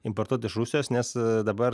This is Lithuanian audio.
importuot iš rusijos nes dabar